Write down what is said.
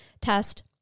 test